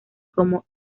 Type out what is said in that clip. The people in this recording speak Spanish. como